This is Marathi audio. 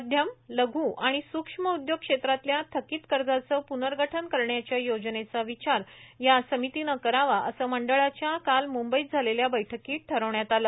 मध्यम लघू आणि सूक्ष्म उदयोग क्षेत्रातल्या थकित कर्जांचं पूनर्गठन करण्याच्या योजनेचा विचार या समितीनं करावा असं मंडळाच्या काल मुंबईत झालेल्या बैठकीत ठरवण्यात आलं